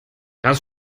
das